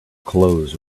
clothes